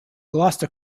gloucester